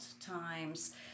times